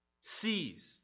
seized